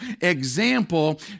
example